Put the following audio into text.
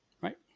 Right